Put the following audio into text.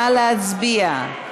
נא להצביע.